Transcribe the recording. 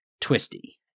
twisty